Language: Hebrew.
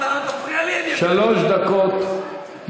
אמרת, לא תפריע לי, אני, שלוש דקות לרשותך.